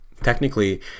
technically